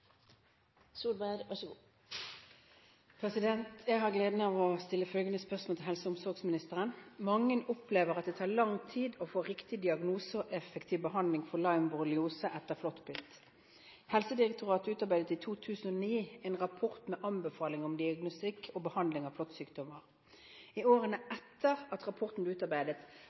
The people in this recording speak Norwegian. tar lang tid å få riktig diagnose og effektiv behandling for Lyme borreliose etter flåttbitt. Helsedirektoratet utarbeidet i 2009 en rapport med anbefaling om diagnostikk og behandling av flåttsykdommer. I årene etter at rapporten